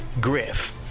Griff